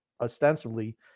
ostensibly